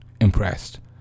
impressed